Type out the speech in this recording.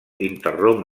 interromp